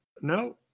No